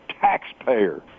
Taxpayer